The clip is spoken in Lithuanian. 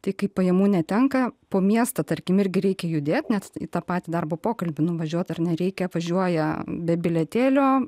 tai kai pajamų netenka po miestą tarkim irgi reikia judėt net į tą patį darbo pokalbį nuvažiuot ar ne reikia važiuoja be bilietėlio